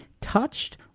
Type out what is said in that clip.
touched